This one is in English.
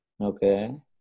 Okay